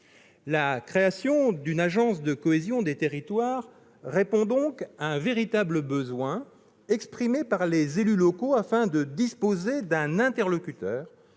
La création d'une agence de la cohésion des territoires répond donc à un véritable besoin exprimé par les élus locaux, afin de disposer d'un interlocuteur